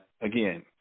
Again